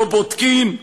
לא בודקים,